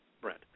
Brent